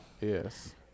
Yes